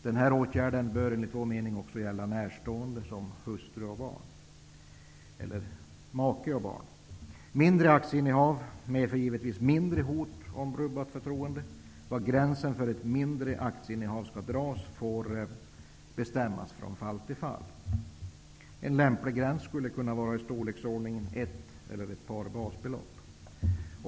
Den här åtgärden bör enligt vår mening också gälla närstående -- hustru resp. make och barn. Mindre aktieinnehav medför givetvis ett mindre hot för ett rubbat förtroende. Var gränsen för ett mindre aktieinnehav skall dras får bestämmas från fall till fall. En lämplig gräns skulle kunna vara i storleksordningen ett eller ett par basbelopp.